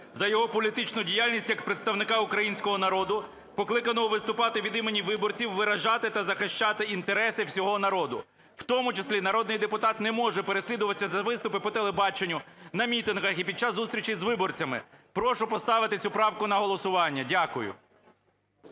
за його політичну діяльність як представника українського народу, покликаного виступати від імені виборців, виражати та захищати інтереси всього народу. В тому числі народний депутат не може переслідуватися за виступи по телебаченню, на мітингах і під час зустрічей з виборцями. Прошу поставити цю правку на голосування. Дякую.